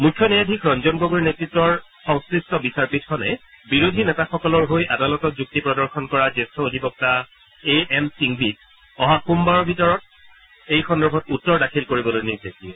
মুখ্য ন্যায়াধীশ গগৈৰ নেতৃতৰ সংশ্লিষ্ট বিচাৰপীঠখনে বিৰোধী নেতাসকলৰ হৈ আদালতত যুক্তি প্ৰদৰ্শন কৰা জ্যেষ্ঠ অধিবক্তা এ এম সিংভক অহা সোমবাৰৰ ভিতৰত এই সন্দৰ্ভত উত্তৰ দাখিল কৰিবলৈ নিৰ্দেশ দিয়ে